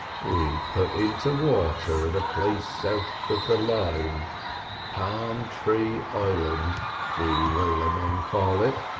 we'd put in to water at a place south of the line palm tree island we whalemen call it,